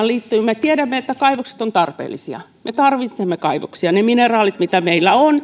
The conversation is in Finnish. liittyy me tiedämme että kaivokset ovat tarpeellisia me tarvitsemme kaivoksia ne mineraalit mitä meillä on